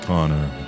Connor